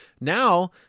Now